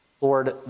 Lord